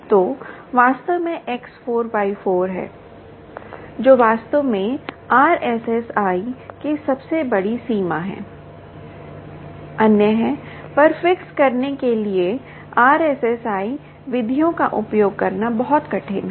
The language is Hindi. तो यह वास्तव में X4 Y4 है जो वास्तव में RSSI की सबसे बड़ी सीमा है अन्य हैं पर फिक्स करने के लिए RSSI विधियों का उपयोग करना बहुत कठिन है